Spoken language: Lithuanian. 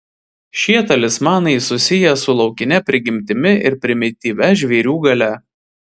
šie talismanai susiję su laukine prigimtimi ir primityvia žvėrių galia